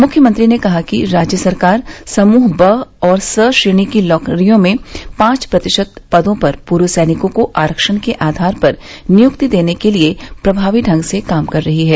मुख्यमंत्री ने कहा कि राज्य सरकार समूह ब और स श्रेणी की नौकरियों में पांच प्रतिशत पदों पर पूर्व सैनिकों को आख्वण के आघार पर नियुक्ति देने के लिये प्रमावी ढंग से प्रयास कर रही है